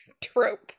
trope